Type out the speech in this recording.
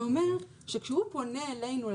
זה אומר שכשהוא פונה אלינו,